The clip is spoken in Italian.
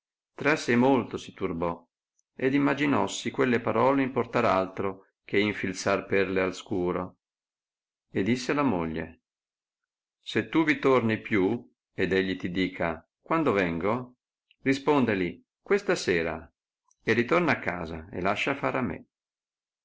tra sé molto si turbò ed imaginossi quelle parole importar altro che infilzar perle al scuro e disse alla moglie se tu vi torni più ed egli ti dica quando vengo rispondeli questa sera e ritorna a casa e lascia far a me